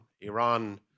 Iran